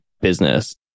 business